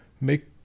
make